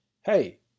Hey